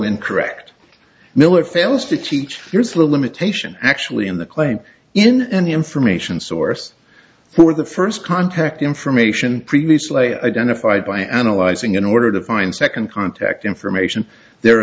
incorrect miller fails to teach here's a limitation actually in the claim in any information source for the first contact information previously identified by analyzing in order to find second contact information the